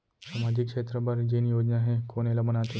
सामाजिक क्षेत्र बर जेन योजना हे कोन एला बनाथे?